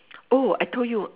oh I told you